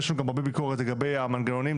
יש גם הרבה ביקורת לגבי המנגנונים,